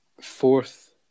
Fourth